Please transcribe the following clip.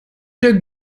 der